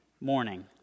morning